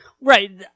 right